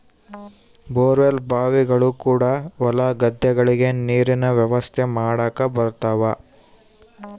bore well ಬಾವಿಗಳು ಕೂಡ ಹೊಲ ಗದ್ದೆಗಳಿಗೆ ನೀರಿನ ವ್ಯವಸ್ಥೆ ಮಾಡಕ ಬರುತವ